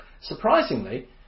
Surprisingly